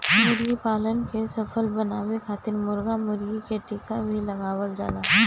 मुर्गीपालन के सफल बनावे खातिर मुर्गा मुर्गी के टीका भी लगावल जाला